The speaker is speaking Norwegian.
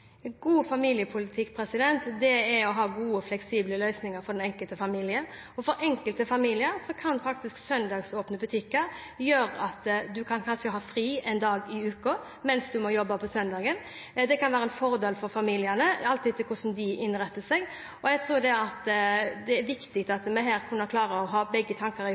God familiepolitikk er å ha gode, fleksible løsninger for den enkelte familie. For enkelte familier kan faktisk søndagsåpne butikker gjøre at man kanskje har fri en dag i uka, mens man må jobbe på søndagen. Det kan være en fordel for familiene, alt etter hvordan de innretter seg. Jeg tror det er viktig at vi her klarer å ha begge tanker i